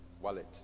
Wallet